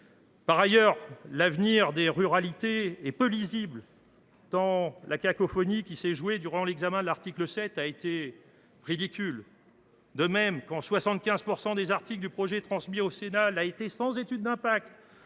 Par ailleurs, l’avenir des ruralités est peu lisible tant la cacophonie qui s’est jouée durant l’examen de l’article 7 a été ridicule. De même, quand 75 % des articles du projet transmis au Sénat l’ont été sans étude d’impact,